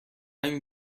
این